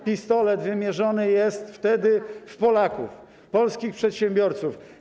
Z tym że pistolet wymierzony jest wtedy w Polaków, w polskich przedsiębiorców.